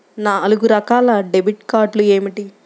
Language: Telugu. నాలుగు రకాల డెబిట్ కార్డులు ఏమిటి?